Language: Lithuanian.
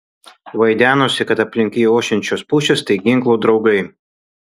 vaidenosi kad aplink jį ošiančios pušys tai ginklo draugai